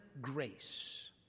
grace